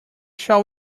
shall